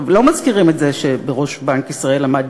הם לא מזכירים את זה שבראש בנק ישראל עמד